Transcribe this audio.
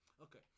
Okay